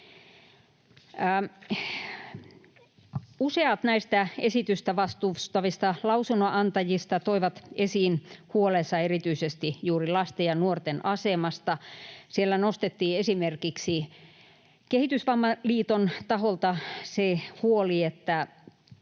Useat näistä esitystä vastustavista lausunnonantajista toivat esiin huolensa erityisesti juuri lasten ja nuorten asemasta. Siellä nostettiin esimerkiksi Kehitysvammaliiton taholta se huoli, että